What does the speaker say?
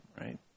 right